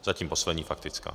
Zatím poslední faktická.